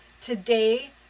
today